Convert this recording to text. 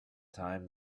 time